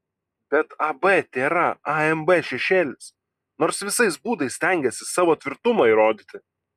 bet ab tėra amb šešėlis nors visais būdais stengiasi savo tvirtumą įrodyti